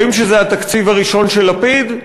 אומרים שזה התקציב הראשון של לפיד?